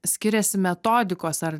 skiriasi metodikos ar